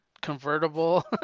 convertible